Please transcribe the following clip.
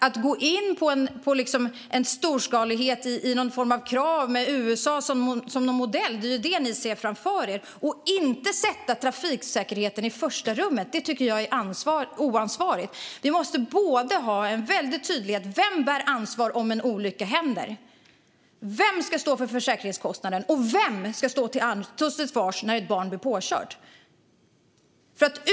Att gå in med krav på storskalighet med USA som modell, som är det ni ser framför er, och inte sätta trafiksäkerheten i första rummet tycker jag är oansvarigt. Vi måste ha en stor tydlighet i vem som bär ansvaret om en olycka händer. Vem ska stå för försäkringskostnaden? Vem ska stå till svars när ett barn blir påkört?